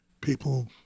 people